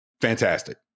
Fantastic